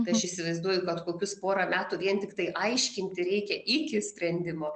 tai aš įsivaizduoju kad kokius pora metų vien tiktai aiškinti reikia iki sprendimo